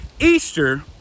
Easter